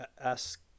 ask